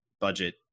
budget